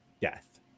death